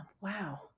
Wow